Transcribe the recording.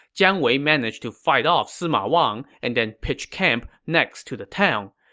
jiang wei managed to fight off sima wang and then pitched camp next to the town.